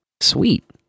Sweet